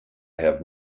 have